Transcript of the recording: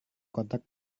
kotak